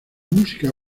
música